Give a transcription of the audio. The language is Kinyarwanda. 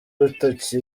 urutoki